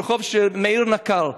ברחוב מאיר נקר.